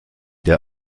der